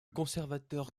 conservateur